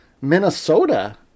Minnesota